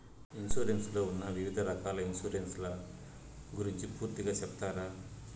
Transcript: Insurance లో ఉన్న వివిధ రకాల ఇన్సూరెన్సు ల గురించి పూర్తిగా సెప్తారా?